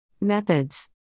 Methods